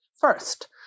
First